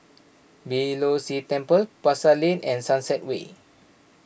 Beeh Low See Temple Pasar Lane and Sunset Way